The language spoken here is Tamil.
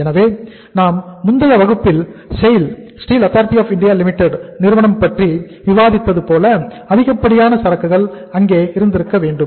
எனவே நாம் முந்தைய வகுப்பில் SAIL Steel Authority of India Limited நிறுவனம் பற்றி விவாதித்தது போல் அதிகப்படியான சரக்குகள் அங்கே இருந்திருக்க வேண்டும்